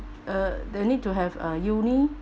uh they need to have uh uni